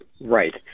Right